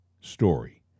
story